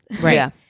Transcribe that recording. Right